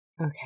Okay